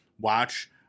watch